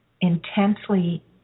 intensely